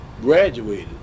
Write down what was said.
graduated